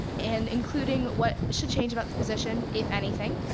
and including what should change about the position, if anything,